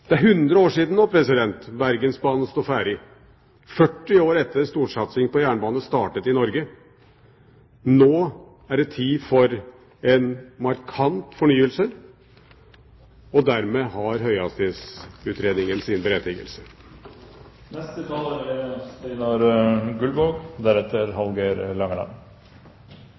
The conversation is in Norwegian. er nå 100 år siden Bergensbanen sto ferdig, 40 år etter storsatsingen på jernbane startet i Norge. Nå er det tid for en markant fornyelse, og dermed har høyhastighetsutredningen sin berettigelse.